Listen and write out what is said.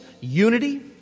unity